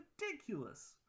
ridiculous